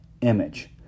image